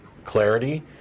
clarity